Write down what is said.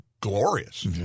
glorious